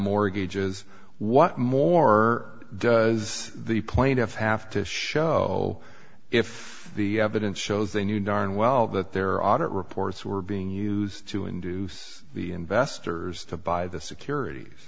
mortgages what more does the point of have to show if the evidence shows they knew darn well that their audit reports were being used to induce the investors to buy the securities